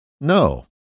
No